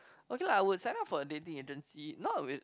okay lah I would sign up for a dating agency not with